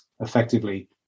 effectively